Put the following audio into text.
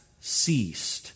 ceased